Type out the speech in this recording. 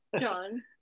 John